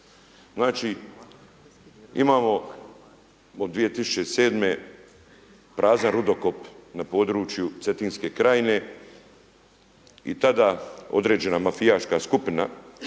Znači imamo od 2007. prazan rudokop na području Cetinske krajine i tada određena mafijaška skupina